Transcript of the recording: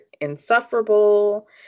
insufferable